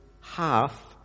half